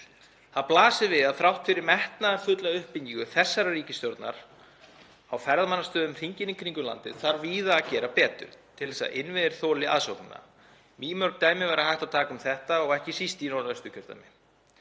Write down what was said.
Það blasir við að þrátt fyrir metnaðarfulla uppbyggingu þessarar ríkisstjórnar á ferðamannastöðum hringinn í kringum landið þarf víða að gera betur til að innviðir þoli aðsóknina. Mýmörg dæmi væri hægt að taka um þetta og ekki síst í Norðausturkjördæmi.